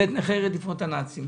זה את הקצבה לנכי רדיפות הנאצים.